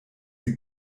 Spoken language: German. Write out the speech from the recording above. sie